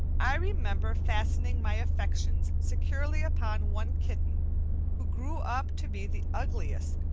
i remember fastening my affections securely upon one kitten who grew up to be the ugliest,